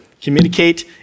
communicate